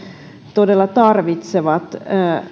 todella tarvitsevat